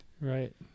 Right